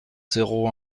zéro